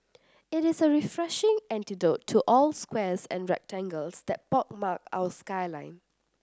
it is a refreshing antidote to all the squares and rectangles that pockmark our skyline